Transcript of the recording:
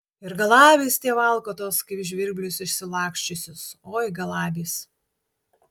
ir galabys tie valkatos kaip žvirblius išsilaksčiusius oi galabys